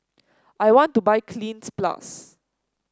I want to buy Cleanz Plus